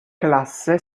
classe